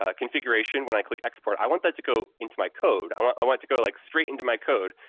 ah configuration when i click export, i want that to go into my code, i want i want it to go, like, straight into my code,